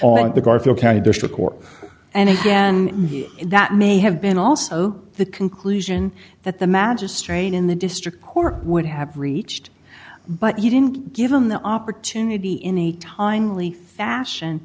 court and and that may have been also the conclusion that the magistrate in the district court would have reached but you didn't give him the opportunity in a timely fashion